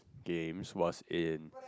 games was in